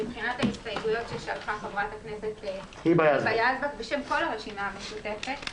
מבחינת ההסתייגויות ששלחה חברת הכנסת היבא יזבק בשם הרשימה המשותפת,